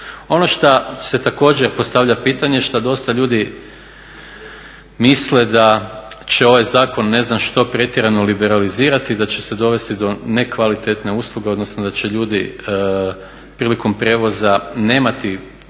Ono što se također postavlja pitanje, šta dosta ljudi misle da će ovaj zakon ne znam što pretjerano liberalizirati i da će se dovesti do nekvalitetne usluge odnosno da će ljudi prilikom prijevoza nemati određene